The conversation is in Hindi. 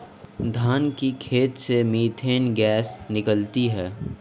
धान के खेत से मीथेन गैस निकलती है